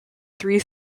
three